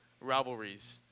rivalries